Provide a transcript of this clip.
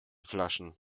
flaschen